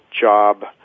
job